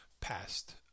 past